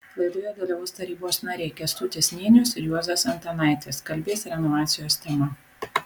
laidoje dalyvaus tarybos nariai kęstutis nėnius ir juozas antanaitis kalbės renovacijos tema